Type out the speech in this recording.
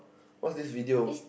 what's this video